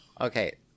okay